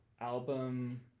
album